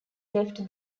left